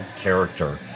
character